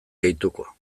gehituko